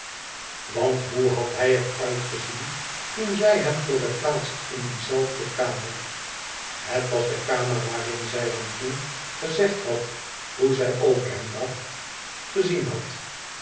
want hoe had hij er uitgeneo toen zij hem voor het laatst in die zelfde kamer het was de kamer waarin zij hem toen gezegd had hoe zij over hem dacht gezien had